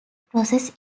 process